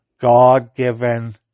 God-given